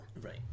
right